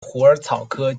虎耳草科